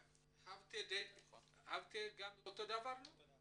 מחובתי לומר לו את זה.